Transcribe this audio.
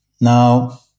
Now